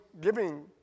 giving